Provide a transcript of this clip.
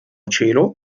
cielo